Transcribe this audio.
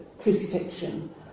crucifixion